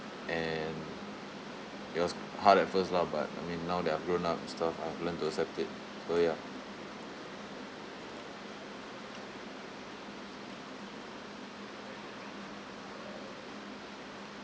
and it was hard at first lah but I mean now that I'm grown up and stuff I've learned to accept it so ya